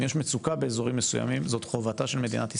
אם יש מצוקה באוזרים מסוימים זו חובתה של מדינת ישראל.